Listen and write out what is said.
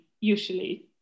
Usually